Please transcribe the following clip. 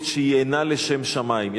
שהיא אינה לשם שמים.